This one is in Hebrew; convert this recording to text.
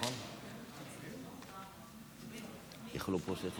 עולים לבמה המכובדת הזו חברי כנסת